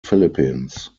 philippines